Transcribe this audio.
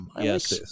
Yes